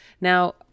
Now